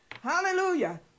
hallelujah